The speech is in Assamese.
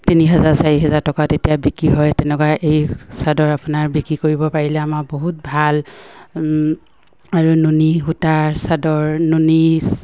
তিনি হাজাৰ চাৰি হেজাৰ টকা তেতিয়া বিক্ৰী হয় তেনেকুৱা এৰী চাদৰ আপোনাৰ বিক্ৰী কৰিব পাৰিলে আমাৰ বহুত ভাল আৰু নুনী সূতাৰ চাদৰ নুনি